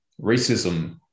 racism